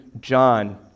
John